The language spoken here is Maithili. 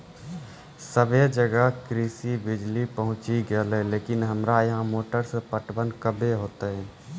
सबे जगह कृषि बिज़ली पहुंची गेलै लेकिन हमरा यहाँ मोटर से पटवन कबे होतय?